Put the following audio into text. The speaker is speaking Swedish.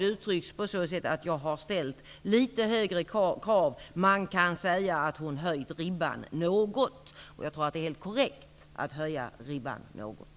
Det uttrycks på så sätt: Man kan säga att hon höjt ribban något. Jag tror att det är korrekt att höja ribban något.